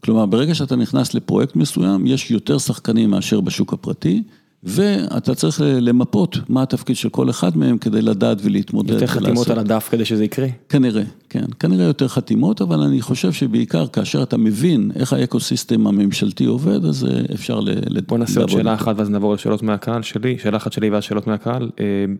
כלומר, ברגע שאתה נכנס לפרויקט מסוים, יש יותר שחקנים מאשר בשוק הפרטי, ואתה צריך למפות מה התפקיד של כל אחד מהם כדי לדעת ולהתמודד. יותר חתימות על הדף כדי שזה יקרה? כנראה, כן. כנראה יותר חתימות, אבל אני חושב שבעיקר כאשר אתה מבין איך האקו סיסטם הממשלתי עובד, אז אפשר לדבר. בוא נעשה את שאלה אחת ואז נבוא לשאלות מהקהל שלי. שאלה אחת שלי ואז שאלות מהקהל.